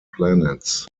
planets